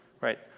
right